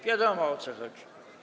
Wiadomo, o co chodzi.